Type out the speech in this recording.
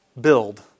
build